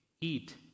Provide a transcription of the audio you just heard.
eat